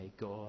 God